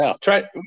try